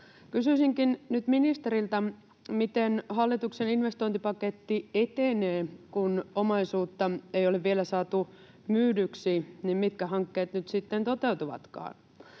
Kysyisinkin nyt ministeriltä, miten hallituksen investointipaketti etenee. Kun omaisuutta ei ole vielä saatu myydyksi, niin mitkä hankkeet nyt sitten toteutuvatkaan?